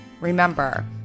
Remember